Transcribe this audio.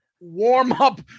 warm-up